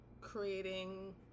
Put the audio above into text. creating